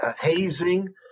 hazing